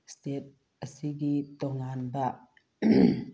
state ꯑꯁꯤꯒꯤ ꯇꯣꯉꯥꯟꯕ